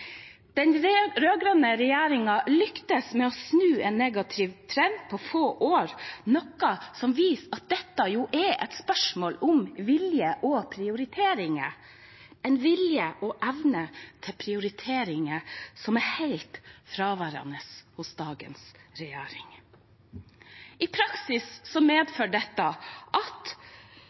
Den rød-grønne regjeringa lyktes med å snu en negativ trend på få år, noe som viser at dette er et spørsmål om vilje og prioriteringer – en vilje og evne til prioriteringer som er helt fraværende hos dagens regjering. I praksis medfører dette at